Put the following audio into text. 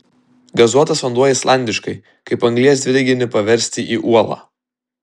gazuotas vanduo islandiškai kaip anglies dvideginį paversti į uolą